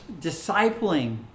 discipling